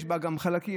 יש בה גם חלקים,